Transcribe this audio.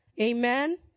Amen